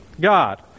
God